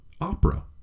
opera